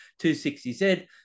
260Z